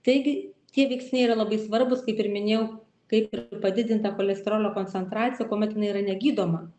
taigi tie veiksniai yra labai svarbūs kaip ir minėjau kaip ir padidinta cholesterolio koncentracija kuomet jinai yra negydoma